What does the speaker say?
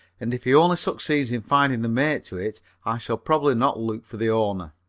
and if he only succeeds in finding the mate to it i shall probably not look for the owner.